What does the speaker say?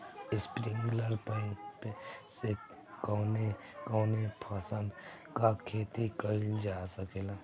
Sprinkler pipe से कवने कवने फसल क खेती कइल जा सकेला?